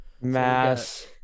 Mass